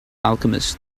alchemists